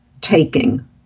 taking